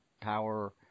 power